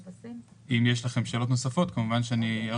איתי,